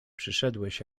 przyszedłeś